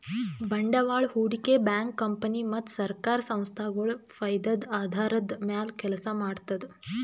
ಬಂಡವಾಳ್ ಹೂಡಿಕೆ bank company ಮತ್ತ್ ಸರ್ಕಾರ್ ಸಂಸ್ಥಾಗೊಳ್ ಫೈದದ್ದ್ ಆಧಾರದ್ದ್ ಮ್ಯಾಲ್ ಕೆಲಸ ಮಾಡ್ತದ್